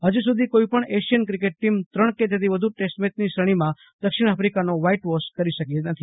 હજુ સુધી કોઈ પણ એશિયન ક્રિકેટ ટીમ ત્રણ કે તેથી વધુ ટેસ્ટ મેચની શ્રેણીમાં દક્ષીણ આફ્રિકાને વ્હાઈટ વોશ કરી શકી નથી